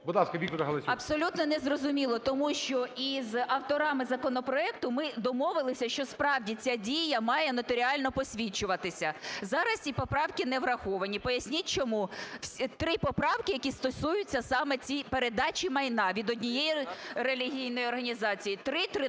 Абсолютно незрозуміло, тому що із авторами законопроекту ми домовилися, що справді, ця дія має нотаріально посвідчуватися. Зараз ці поправки невраховані. Поясніть чому? Три поправки, які стосуються саме цій передачі майна від однієї релігійної організації 3, 13